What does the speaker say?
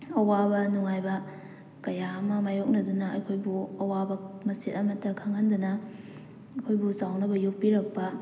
ꯑꯋꯥꯕ ꯅꯨꯡꯉꯥꯏꯕ ꯀꯌꯥ ꯑꯃ ꯃꯥꯌꯣꯛꯅꯗꯨꯅ ꯑꯩꯈꯣꯏꯕꯨ ꯑꯋꯥꯕ ꯃꯆꯦꯠ ꯑꯃꯠꯇ ꯈꯪꯍꯟꯗꯅ ꯑꯩꯈꯣꯏꯕꯨ ꯆꯥꯎꯅꯕ ꯌꯣꯛꯄꯤꯔꯛꯄ